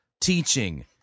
teaching